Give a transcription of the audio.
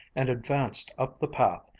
and advanced up the path,